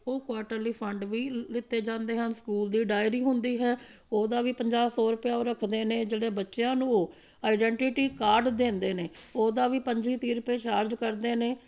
ਉਹ quarterly fund ਵੀ ਲਿੱਤੇ ਜਾਂਦੇ ਹਨ ਸਕੂਲ ਦੀ ਡਾਇਰੀ ਹੁੰਦੀ ਹੈ ਉਹਦਾ ਵੀ ਪੰਜਾਹ ਸੌ ਰੁਪਇਆ ਉਹ ਰੱਖਦੇ ਨੇ ਜਿਹੜੇ ਬੱਚਿਆਂ ਨੂੰ ਉਹ ਆਈਡੈਂਟੀਟੀ ਕਾਰਡ ਦਿੰਦੇ ਨੇ ਉਹਦਾ ਵੀ ਪੰਜੀ ਤੀਹ ਰੁਪਏ ਚਾਰਜ ਕਰਦੇ ਨੇ